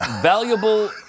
valuable